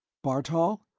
bartol?